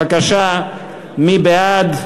בבקשה, מי בעד?